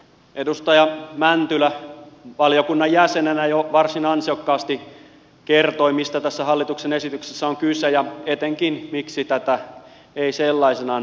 edustaja mäntylä valiokunnan jäsenenä jo varsin ansiokkaasti kertoi mistä tässä hallituksen esityksessä on kyse ja etenkin miksi tätä ei sellaisenaan tule hyväksyä